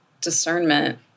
discernment